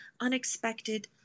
unexpected